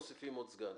מוסיפים עוד סגן.